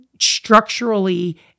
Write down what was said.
structurally